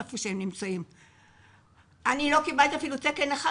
לא קיבלתי אפילו תקן אחד.